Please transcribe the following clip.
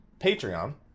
patreon